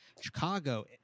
chicago